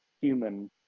human